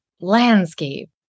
landscape